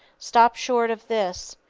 stop short of this.